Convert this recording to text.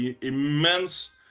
immense